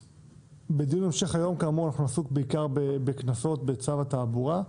בדיון המשך היום כאמור אנחנו נעסוק בעיקר בקנסות בצו התעבורה.